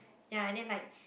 ya and then like